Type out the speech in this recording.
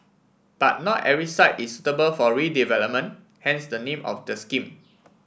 but not every site is suitable for redevelopment hence the name of the scheme